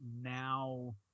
now